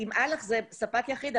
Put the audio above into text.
אל"ח זה ספק יחיד,